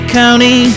county